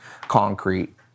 concrete